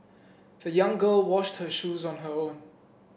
the young girl washed her shoes on her own